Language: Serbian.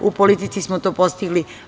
U politici smo to postigli.